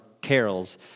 Carol's